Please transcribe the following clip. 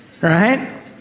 right